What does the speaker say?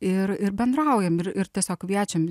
ir ir bendraujam ir ir tiesiog kviečiam